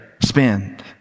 spend